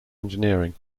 engineering